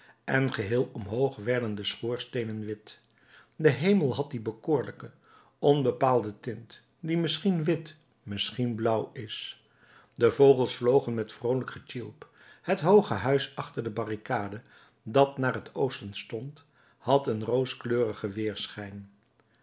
en geheel omhoog werden de schoorsteenen wit de hemel had die bekoorlijke onbepaalde tint die misschien wit misschien blauw is de vogels vlogen met vroolijk getjilp het hooge huis achter de barricade dat naar het oosten stond had een rooskleurigen weerschijn